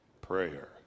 Prayer